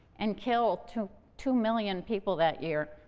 and kill two two million people that year?